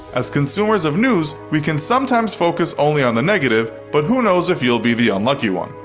as consumers of news, we can sometimes focus only on the negative, but who knows if you'll be the unlucky one.